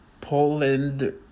Poland